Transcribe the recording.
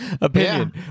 opinion